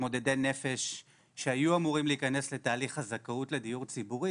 מתמודדי נפש שהיו אמורים להיכנס לתהליך הזכאות לדיור ציבורי